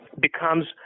becomes